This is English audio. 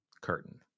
curtain